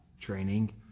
training